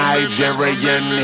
Nigerian